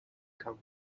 county